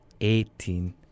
eighteen